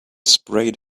sprayed